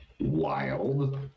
Wild